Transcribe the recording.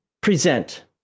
present